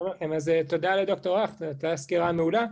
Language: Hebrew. תודה לד"ר הכט, הייתה סקירה מעולה.